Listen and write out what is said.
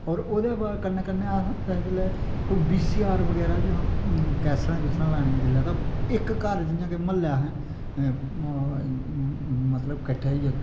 और ओह्दे बा कन्नै कन्नै अस अस जिसलै कोई बीसीआर बगैरा जां कैसेटां कुसटां लानियां जिल्लै ते इक घर जियां के म्हल्ले असैं मतलब कट्ठे होइयै